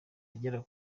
agera